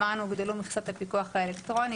אמרנו שהוגדלו מכסות הפיקוח האלקטרוני.